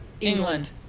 England